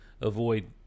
avoid